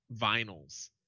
vinyls